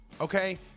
Okay